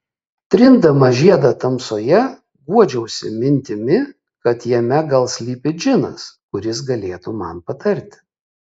trindama žiedą tamsoje guodžiausi mintimi kad jame gal slypi džinas kuris galėtų man patarti